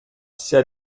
sia